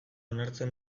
onartzea